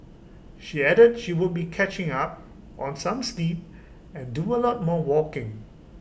she added she would be catching up on some sleep and do A lot more walking